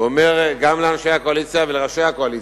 ואומר גם לאנשי הקואליציה ולראשי הקואליציה: